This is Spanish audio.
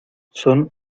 son